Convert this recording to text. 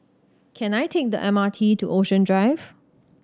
can I take the M R T to Ocean Drive